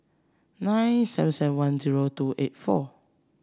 nine seven seven one zero two eight four